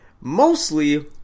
Mostly